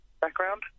background